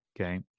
okay